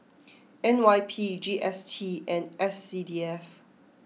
N Y P G S T and S C D F